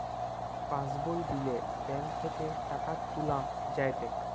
pass বই দিলে bank থেকে টাকা তুলা যায়েটে